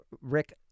Rick